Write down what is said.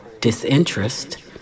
disinterest